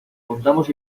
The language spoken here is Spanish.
montamos